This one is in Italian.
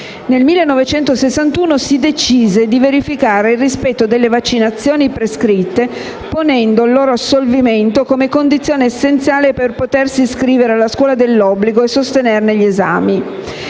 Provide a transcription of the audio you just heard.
Nel 1961 si decise di verificare il rispetto delle vaccinazioni prescritte, ponendo il loro assolvimento come condizione essenziale per potersi iscrivere alla scuola dell'obbligo e sostenerne gli esami.